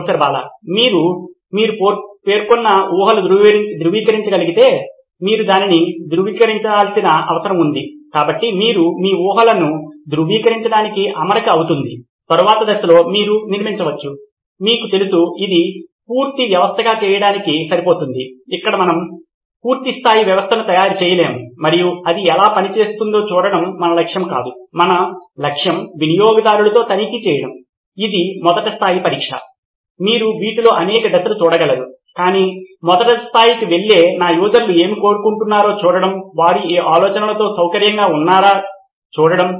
professor Bala మీరు మీరు పేర్కొన్న ఊహలు ధృవీకరించగలిగితే మీరు దానిని ధృవీకరించాల్సిన అవసరం ఉంది కాబట్టి ఇది మీ ఊహలను ధృవీకరించడానికి అమరిక అవుతుంది తరువాత దశలో మీరు నిర్మించవచ్చు మీకు తెలుసు ఇది పూర్తి వ్యవస్థగా చేయడానికి సరిపోతుంది ఇక్కడ మనము పూర్తి స్థాయి వ్యవస్థను తయారు చేయలేము మరియు అది ఎలా పనిచేస్తుందో చూడటం మన లక్ష్యం కాదు మన లక్ష్యం వినియోగదారులతో తనిఖీ చేయడం ఇది మొదటి స్థాయి పరీక్ష మీరు వీటిలో అనేక దశలు చేయగలరు కాని మొదటి స్థాయికి వెళ్లి నా యూజర్లు ఏమి కోరుకుంటున్నారో చూడటం వారు ఈ ఆలోచనతో సౌకర్యంగా ఉన్నారా చూడటం